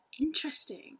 Interesting